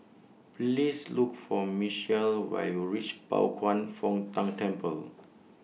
Please Look For Michial when YOU REACH Pao Kwan Foh Tang Temple